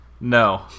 no